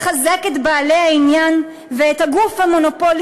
לחזק את בעלי העניין ואת הגוף המונופולי